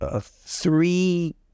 three